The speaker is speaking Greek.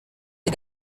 την